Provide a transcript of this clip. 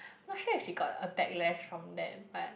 not sure if she got a backlash from them but